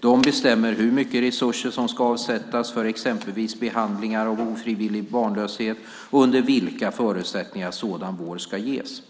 De bestämmer hur mycket resurser som ska avsättas för exempelvis behandlingar av ofrivillig barnlöshet och under vilka förutsättningar sådan vård ska ges.